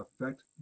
affect